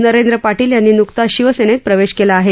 नरेंद्र पाटील यांनी नुकताच शिवसेनेत प्रवेश केला आहे